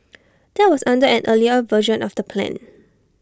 that was under an earlier version of the plan